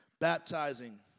baptizing